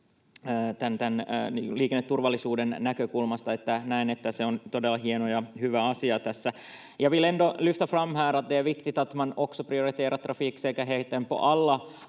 liikenneturvallisuuden näkökulmasta. Näen, että se on todella hieno ja hyvä asia tässä. Jag vill ändå lyfta fram här att det är viktigt att man också prioriterar trafiksäkerheten på alla